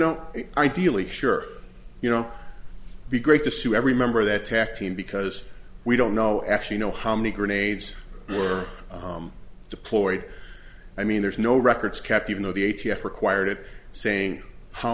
know ideally sure you know be great to see every member of that attack team because we don't know actually know how many grenades were deployed i mean there's no records kept even though the a t f required it saying how